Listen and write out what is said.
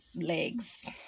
legs